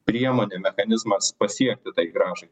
priemonė mechanizmas pasiekti tai gražai